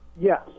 yes